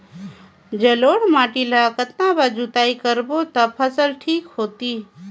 जलोढ़ माटी ला कतना बार जुताई करबो ता फसल ठीक होती?